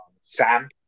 Sam